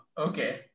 Okay